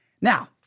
Now